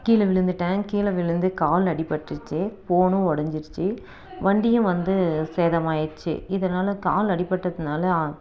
கீழே விழுந்துவிட்டேன் கீழே விழுந்து கால் அடிப்பட்ருச்சு போனும் உடஞ்சிருச்சி வண்டியும் வந்து சேதமாகிருச்சி இதனால் கால் அடிப்பட்டதுனால் ஆ